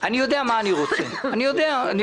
אדוני